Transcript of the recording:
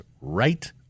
right